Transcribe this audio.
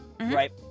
right